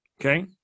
okay